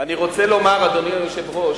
אני גם רוצה לומר, אדוני היושב-ראש,